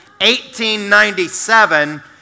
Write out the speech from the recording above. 1897